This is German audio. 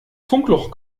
funkloch